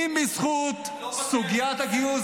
זו לא הכשרות,